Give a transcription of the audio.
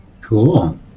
Cool